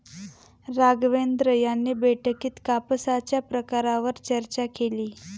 राघवेंद्र यांनी बैठकीत कापसाच्या प्रकारांवर चर्चा केली